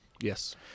Yes